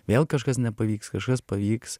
vėl kažkas nepavyks kažkas pavyks